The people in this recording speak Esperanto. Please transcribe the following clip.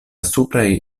supraj